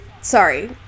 Sorry